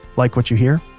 like what you hear?